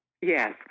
Yes